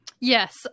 yes